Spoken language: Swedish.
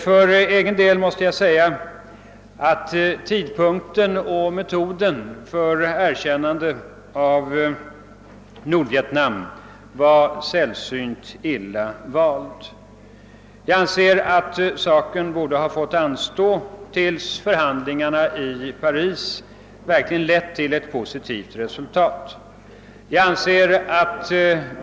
För egen del måste jag säga att tidpunkten och metoden för erkännandet av Nordvietnam var sällsynt illa valda. Saken borde ha fått anstå tills förhandlingarna i Paris verkligen lett till ett positivt resultat.